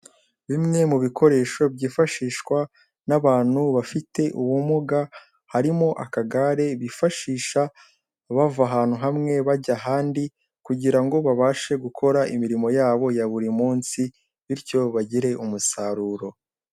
Bimwe mu bikoresho byifashishwa n'abantu bafite ubumuga, harimo akagare bifashisha bava ahantu hamwe bajya ahandi, kugira ngo babashe gukora imirimo yabo ya buri munsi, bityo bagire umusaruro.